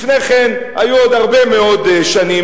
לפני כן היו עוד הרבה מאוד שנים".